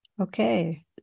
Okay